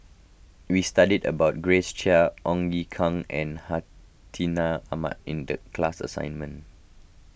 we studied about Grace Chia Ong Ye Kung and Hartinah Ahmad in the class assignment